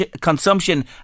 consumption